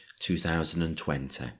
2020